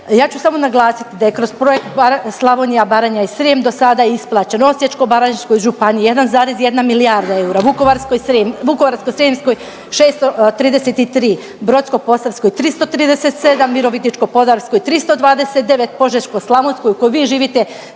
Ja ću samo naglasiti da je kroz projekt Slavonija, Baranja i Srijem do sada isplaćeno Osječko-baranjskoj županiji 1,1 milijarda eura, Vukovarsko-srijemskoj 633, Brodsko-posavskoj 337, Virovitičko-podravskoj 329, Požeško-slavonskoj u kojoj vi živite